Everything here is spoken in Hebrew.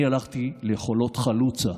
אני הלכתי לחולות חלוצה,